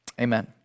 Amen